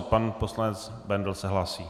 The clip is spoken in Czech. Pan poslanec Bendl se hlásí.